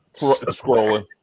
Scrolling